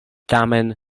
tamen